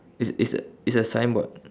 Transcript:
it's it's it's a signboard